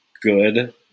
good